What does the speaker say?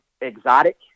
exotic